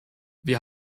wir